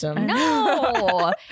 No